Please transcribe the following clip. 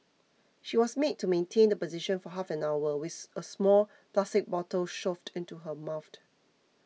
she was made to maintain the position for half an hour with a small plastic bottle shoved into her mouth